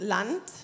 Land